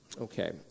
Okay